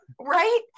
right